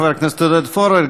חבר הכנסת עודד פורר,